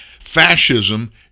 Fascism